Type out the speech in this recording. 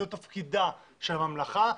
זה תפקידה של ממלכה.